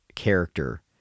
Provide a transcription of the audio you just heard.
character